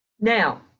Now